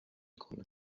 کنم